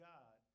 God